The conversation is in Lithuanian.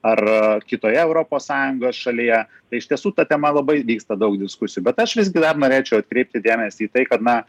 ar kitoje europos sąjungos šalyje tai iš tiesų ta tema labai vyksta daug diskusijų bet aš visgi dar norėčiau atkreipti dėmesį į tai kad na